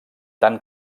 tant